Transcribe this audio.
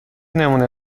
نمونه